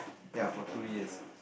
ya for two years